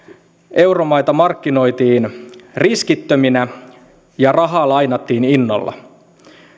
euromaita markkinoitiin riskittöminä ja rahaa lainattiin innolla